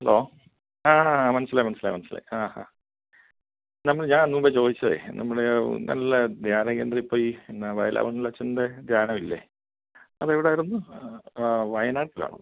hello ആ ആ മനസ്സിലായി മനസ്സിലായി മനസ്സിലായി ആ ഹാ നമ്മൾ ഞാൻ മുമ്പേ ചോദിച്ചതേ നമ്മുടെ ആ നല്ല ധ്യാന കേന്ദ്രം ഇപ്പോൾ ഈ എന്നാ വയലാമണ്ണിലച്ചൻ്റെ ധ്യാനം ഇല്ലേ അത് എവിടെ ആയിരുന്നു ആ വായനാട്ടിലാണോ